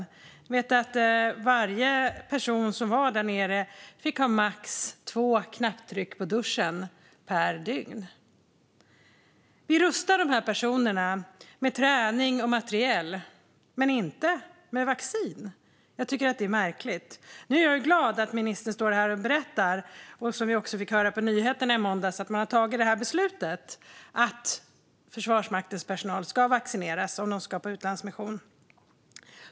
Jag vet att varje person som var där nere fick göra max två knapptryck i duschen per dygn. Vi rustar dessa personer med träning och materiel men inte med vaccin. Jag tycker att det är märkligt. Nu är jag glad att ministern står här och berättar det som vi också fick höra i nyheterna i måndags: att man har tagit beslutet att Försvarsmaktens personal ska vaccineras om de ska på utlandsmission.